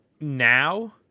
now